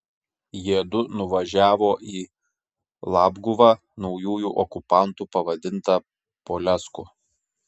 jiedu nuvažiavo į labguvą naujųjų okupantų pavadintą polesku